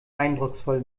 eindrucksvoll